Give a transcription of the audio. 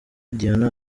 diana